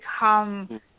become